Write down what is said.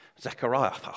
Zechariah